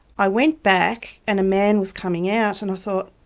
i went back and a man was coming out and i thought,